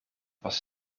was